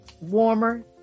warmer